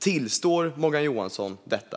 Tillstår Morgan Johansson detta?